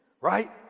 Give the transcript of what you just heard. right